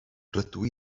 rydw